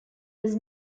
was